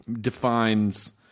defines